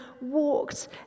walked